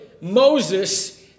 Moses